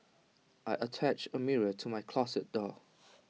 I attached A mirror to my closet door